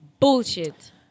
Bullshit